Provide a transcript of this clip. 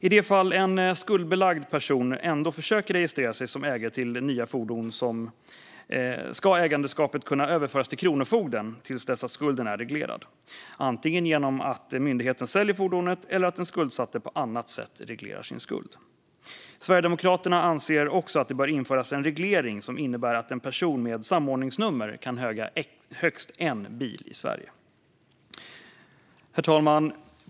I de fall en skuldbelagd person ändå försöker registrera sig som ägare till nya fordon ska ägandeskapet kunna överföras till Kronofogden till dess att skulden är reglerad. Det kan ske antingen genom att myndigheten säljer fordonet eller genom att den skuldsatte på annat sätt reglerar sin skuld. Sverigedemokraterna anser också att det bör införas en reglering som innebär att en person med samordningsnummer kan äga högst en bil i Sverige. Herr talman!